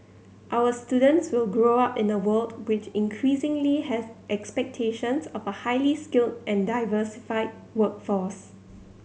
our students will grow up in a world which increasingly has expectations of a highly skilled and diversified workforce